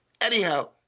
Anyhow